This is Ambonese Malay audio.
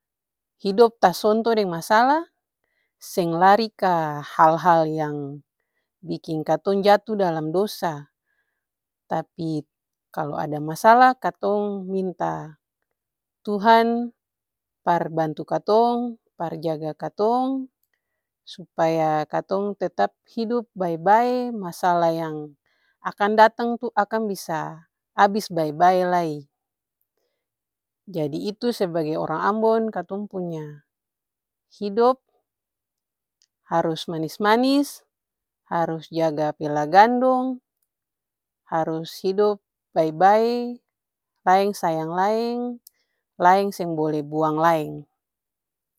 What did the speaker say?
Hidop tasonto deng masala seng lari ka hal-hal yang biking katong jatu dalam dosa. Tapi kalu ada masalah katong minta tuhan par bantu katong, par jaga katong supaya katong tetap hidup bae-bae, masala yang akang datang tuh akang bisa abis bae-bae lai. Jadi itu sebagai orang ambon katong punya hidop harus manis-manis, harus jaga pela gandong, harus hidop bae-bae laeng sayang laeng, laeng seng bole buang laeng.